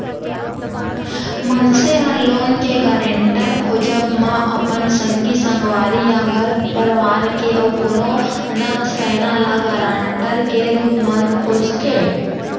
मनसे ह लोन के गारेंटर खोजब म अपन संगी संगवारी या घर परवार के अउ कोनो नत सैना ल गारंटर के रुप म खोजथे